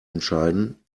entscheiden